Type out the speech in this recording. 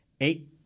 eight